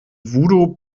voodoo